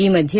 ಈ ಮಧ್ಯೆ